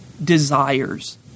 desires